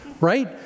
right